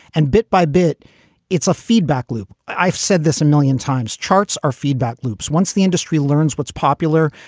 and bit by bit it's a feedback loop. i've said this a million times. charts are feedback loops once the industry learns what's popular.